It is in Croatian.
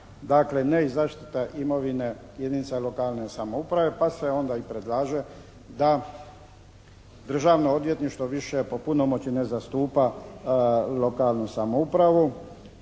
Dakle ne i zaštite imovine jedinica lokalne samouprave pa se onda i predlaže da Državno odvjetništvo više po punomoći ne zastupa lokalnu samoupravu